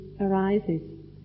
arises